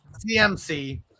CMC –